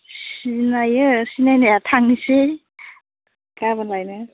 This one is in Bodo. सिनायो सिनायनाया थांनोसै गाबोन लायनो